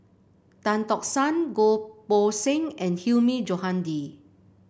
Tan Tock San Goh Poh Seng and Hilmi Johandi